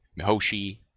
Mihoshi